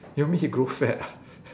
you want me to grow fat ah